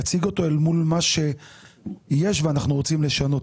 תציג אתו אל מול מה שיש אותו רוצים לשנות.